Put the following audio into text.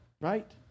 right